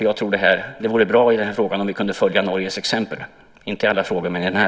Jag tror att det vore bra om vi kunde följa Norges exempel i den här frågan - inte i alla frågor, men i den här.